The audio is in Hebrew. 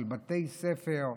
של בתי ספר,